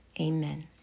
amen